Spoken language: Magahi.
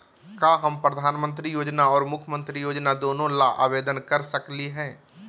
का हम प्रधानमंत्री योजना और मुख्यमंत्री योजना दोनों ला आवेदन कर सकली हई?